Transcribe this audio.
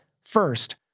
First